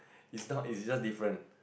it's not it's just different